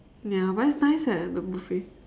ya but it's nice eh the buffet